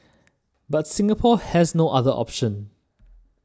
but Singapore has no other option